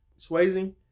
Swayze